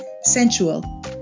sensual